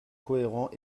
cohérent